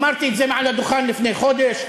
אמרתי את זה מעל הדוכן לפני חודש,